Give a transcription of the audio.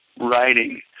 writing